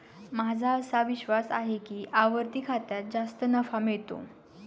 माझा असा विश्वास आहे की आवर्ती खात्यात जास्त नफा मिळतो